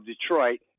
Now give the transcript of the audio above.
Detroit